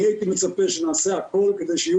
אני הייתי מצפה שנעשה הכול כדי שיהיו